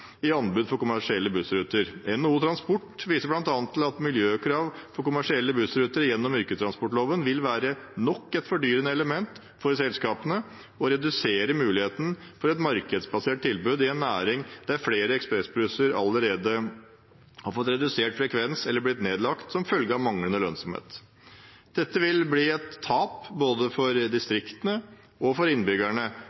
i anbud for kommersielle bussruter. NHO Transport viser bl.a. til at miljøkrav for kommersielle bussruter gjennom yrkestransportloven vil være nok et fordyrende element for selskapene og redusere muligheten for et markedsbasert tilbud i en næring der flere ekspressbussruter allerede har fått redusert frekvens eller blitt nedlagt som følge av manglende lønnsomhet. Dette vil bli et tap både for